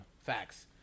Facts